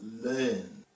learn